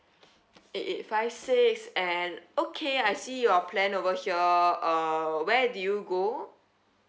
eight eight five six and okay I see your plan over here uh where did you go